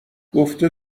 گفته